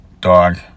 dog